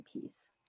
piece